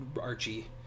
Archie